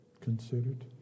considered